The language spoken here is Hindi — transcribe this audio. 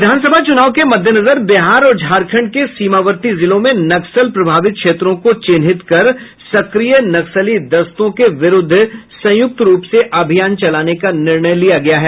विधानसभा चुनाव के मद्देनजर बिहार और झारखंड के सीमावर्ती जिलों में नक्सल प्रभावित क्षेत्रों को चिन्हित करते हुए सक्रिय नक्सली दस्तों के विरुद्व संयुक्त रूप से अभियान चलाने का निर्णय लिया गया है